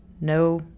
No